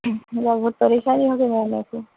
بہت پریشانی ہو رہی میم ایسے